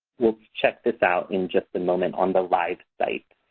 we'll check this out in just a moment on the live site.